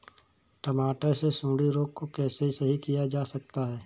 टमाटर से सुंडी रोग को कैसे सही किया जा सकता है?